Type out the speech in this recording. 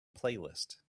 playlist